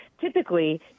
Typically